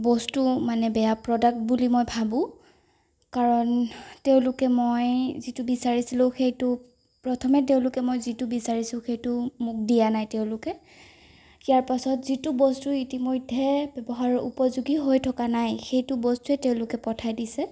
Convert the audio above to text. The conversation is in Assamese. বস্তু মানে বেয়া প্ৰডাক্ট বুলি মই ভাবোঁ কাৰণ তেওঁলোকে মই যিটো বিচাৰিছিলোঁ সেইটো প্ৰথমে তেওঁলোকে মই যিটো বিচাৰিছোঁ সেইটো মোক দিয়া নাই তেওঁলোকে ইয়াৰ পাছত যিটো বস্তু ইতিমধ্যে ব্যৱহাৰৰ উপযোগী হৈ থকা নাই সেইটো বস্তু তেওঁলোকে পঠাই দিছে